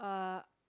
uh